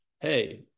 hey